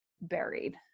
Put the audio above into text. buried